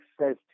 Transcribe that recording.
says